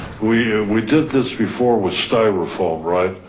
we we did this before with styrofoam, right.